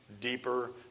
Deeper